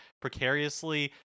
precariously